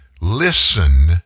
listen